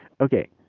Okay